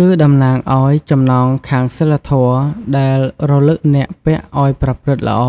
គឺតំណាងឲ្យ ចំណងខាងសីលធម៌ ដែលរំលឹកអ្នកពាក់ឲ្យប្រព្រឹត្តល្អ